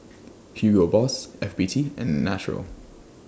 Hugo Boss F B T and Naturel